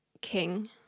king